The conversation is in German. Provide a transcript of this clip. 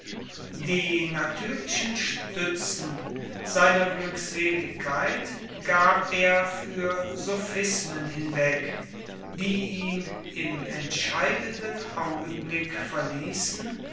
die natürlichen stützen seiner glückseligkeit gab er für sophismen hinweg die ihn im entscheidenden augenblick verließen